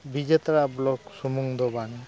ᱵᱤᱡᱮᱛᱟᱲᱟ block ᱥᱩᱢᱩᱝ ᱫᱚ ᱵᱟᱝᱟ